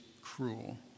cruel